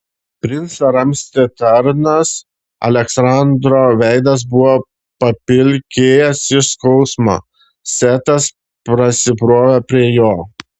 princą ramstė tarnas aleksandro veidas buvo papilkėjęs iš skausmo setas prasibrovė prie jo